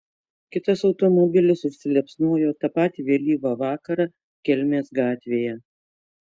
kitas automobilis užsiliepsnojo tą patį vėlyvą vakarą kelmės gatvėje